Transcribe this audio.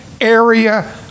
area